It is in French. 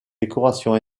décorations